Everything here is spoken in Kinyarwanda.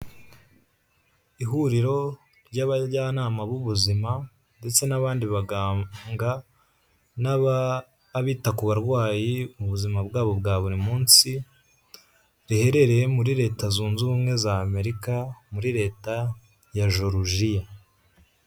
Ihuriro ry'abajyanama b'ubuzima ndetse n'abandi baganga, n'abita ku barwayi mu buzima bwabo bwa buri munsi, riherereye muri leta zunze ubumwe za Amerika, muri leta ya Jorujiya.